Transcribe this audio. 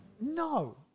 No